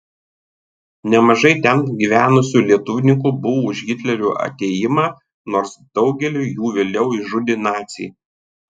nemažai ten gyvenusių lietuvninkų buvo už hitlerio atėjimą nors daugelį jų vėliau išžudė naciai